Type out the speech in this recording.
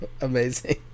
Amazing